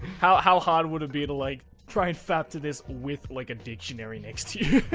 how how hard would it be to like try and fap to this with like a dictionary next to you?